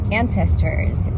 ancestors